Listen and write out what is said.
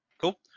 Cool